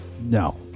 no